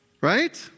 right